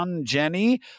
Jenny